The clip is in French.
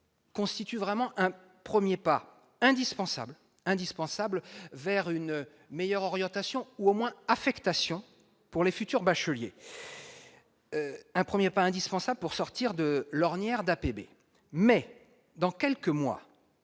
constitue vraiment un 1er pas indispensable, indispensable vers une meilleure orientation ou au moins affectation pour les futurs bacheliers, un 1er pas indispensable pour sortir de l'ornière d'APB mais dans quelques mois,